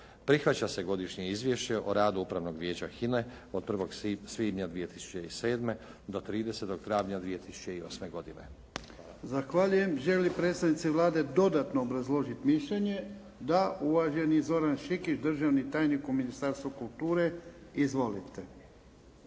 "Prihvaća se Godišnje izvješće o radu Upravnog vijeća HINA-e od 1. svibnja 2007. do 30. travnja 2008. godine.". Hvala. **Jarnjak, Ivan (HDZ)** Zahvaljujem. Žele li predstavnici Vlade dodatno obrazložiti mišljenje? Da. Uvaženi Zoran Šikić državni tajnik u Ministarstvu kulture. Izvolite.